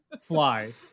fly